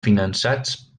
finançats